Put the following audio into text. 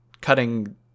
cutting